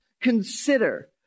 Consider